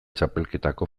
txapelketako